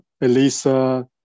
Elisa